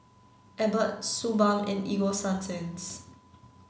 Abbott Suu balm and Ego Sunsense